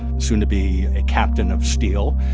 soon to be a captain of steel.